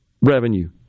revenue